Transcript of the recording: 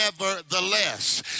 nevertheless